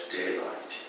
daylight